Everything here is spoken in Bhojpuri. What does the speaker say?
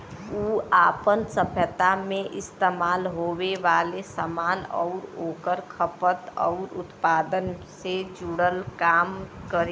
उ आपन सभ्यता मे इस्तेमाल होये वाले सामान आउर ओकर खपत आउर उत्पादन से जुड़ल काम करी